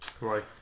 Right